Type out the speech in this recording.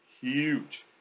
huge